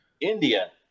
India